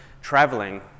traveling